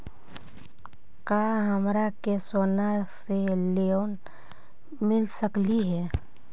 का हमरा के सोना से लोन मिल सकली हे?